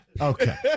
Okay